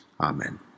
Amen